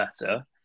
better